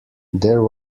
there